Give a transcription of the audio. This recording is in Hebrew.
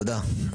תודה,